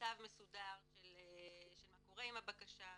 מכתב מסודר של מה קורה עם הבקשה,